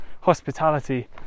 hospitality